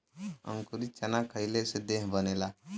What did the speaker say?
अंकुरित चना खईले से देह बनेला